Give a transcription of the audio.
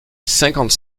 cinquante